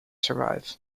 survive